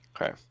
okay